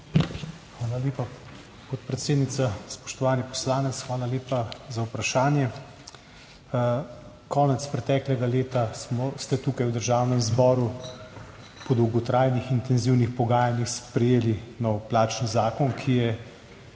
Hvala lepa, podpredsednica. Spoštovani poslanec, hvala lepa za vprašanje. Konec preteklega leta ste tukaj v Državnem zboru po dolgotrajnih intenzivnih pogajanjih sprejeli nov plačni zakon, ki je